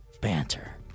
banter